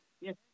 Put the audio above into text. Yes